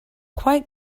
quite